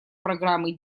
программы